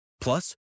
Plus